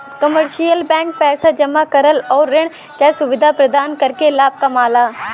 commercial bank पैसा जमा करल आउर ऋण क सुविधा प्रदान करके लाभ कमाला